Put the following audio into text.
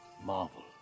Marvel